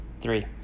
three